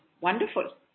Wonderful